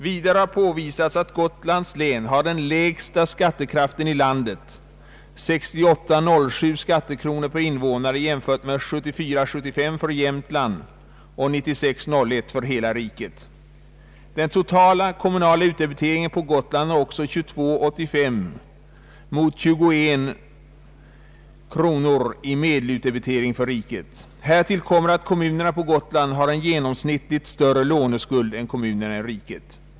Vidare har påvisats att Gotlands län har den lägsta skattekraften i landet, 68:07 skattekronor per invånare jämfört med 74: 75 för Jämtland och 96: 01 för hela riket. Den totala kommunala utdebiteringen på Gotland är också 22:85 kronor mot 21:00 kronor i medelutdebitering för riket. Härtill kommer att kommunerna på Gotland har en genomsnittligt större låneskuld än kommunerna i riket.